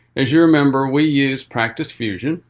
as you remember, we use practice fusion.